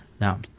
now